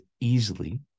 easily